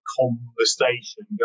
conversation